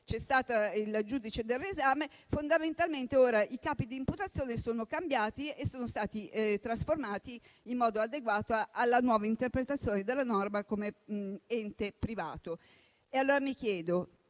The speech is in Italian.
C'è stato il giudizio del riesame e fondamentalmente ora i capi d'imputazione sono cambiati e sono stati trasformati in modo adeguato alla nuova interpretazione della norma come ente privato. Mi chiedo